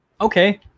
okay